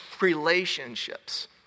relationships